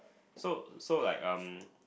so so like um